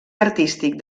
artístic